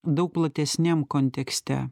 daug platesniam kontekste